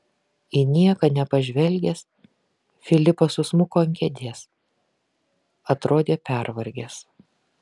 į nieką nepažvelgęs filipas susmuko ant kėdės atrodė pervargęs